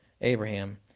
Abraham